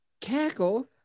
Cackle